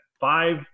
five